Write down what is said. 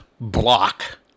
block